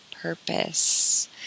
purpose